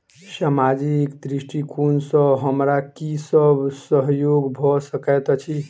सामाजिक दृष्टिकोण सँ हमरा की सब सहयोग भऽ सकैत अछि?